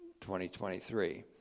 2023